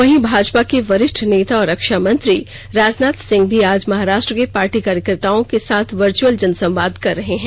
वहीं भाजपा के वरिष्ठ नेता और रक्षा मंत्री राजनाथ सिंह भी आज महाराष्ट्र के पार्टी कार्यकर्त्ताओं के साथ वर्चअल जनसंवाद कर रहे है